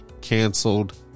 canceled